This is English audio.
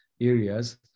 areas